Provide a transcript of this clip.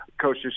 Coach